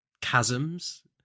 chasms